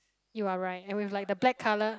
you are right and we've like the black colour